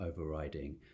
overriding